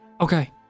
Okay